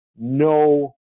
no